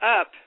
up